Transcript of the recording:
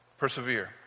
Persevere